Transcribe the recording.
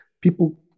People